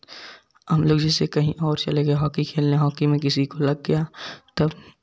हम लोग जैसे कहीं और चले गए हॉकी खेलने हॉकी में किसी को लग गया तब